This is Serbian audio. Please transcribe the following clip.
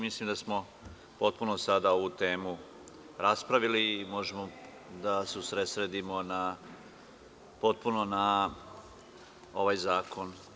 Mislim da smo potpuno sada ovu temu raspravili i možemo da se usredsredimo potpuno na ovaj zakon.